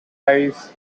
eyes